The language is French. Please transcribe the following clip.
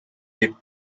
est